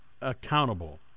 accountable